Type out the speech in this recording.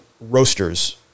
roasters